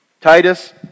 Titus